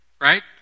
right